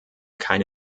keine